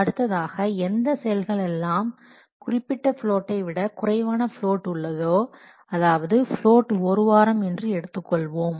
அடுத்ததாக எந்த செயல்கள் எல்லாம் குறிப்பிட்ட பிளோட்டை விட குறைவான பிளோட் உள்ளதோ அதாவது பிளோட் ஒரு வாரம் என்று எடுத்துக்கொள்வோம்